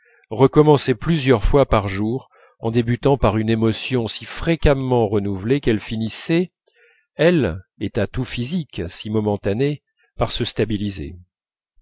recommençait plusieurs fois par jour en débutant par une émotion si fréquemment renouvelée qu'elle finissait elle état tout physique si momentané par se stabiliser